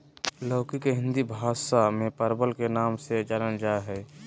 लौकी के हिंदी भाषा में परवल के नाम से जानल जाय हइ